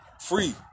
Free